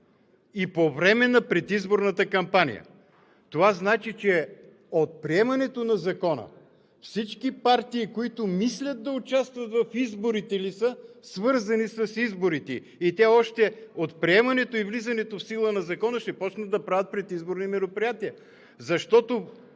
„и по време на предизборната кампания“? Това значи, че от приемането на Закона всички партии, които мислят да участват в изборите, ли са свързани с изборите и те още от приемането и влизането в сила на Закона ще започнат да правят предизборни мероприятия? Защото